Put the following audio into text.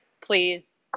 please